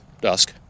dusk